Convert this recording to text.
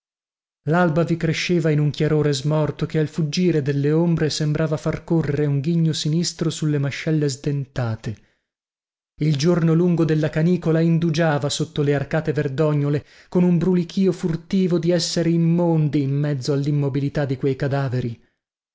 lalba vi cresceva in un chiarore smorto che al fuggire delle ombre sembrava far correre un ghigno sinistro sulle mascelle sdentate il giorno lungo della canicola indugiava sotto le arcate verdognole con un brulichío furtivo di esseri immondi in mezzo allimmobilità di quei cadaveri